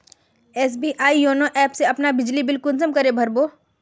SBI YONO app से अपना बिजली बिल कुंसम करे भर बो?